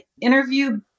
interview